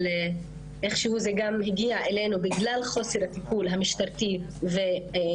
אבל איכשהו זה גם הגיע אלינו בגלל חוסר הטיפול המשטרתי והממשלתי.